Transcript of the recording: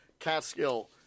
Catskill